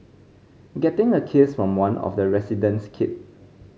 getting a kiss from one of the resident's kid